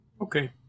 Okay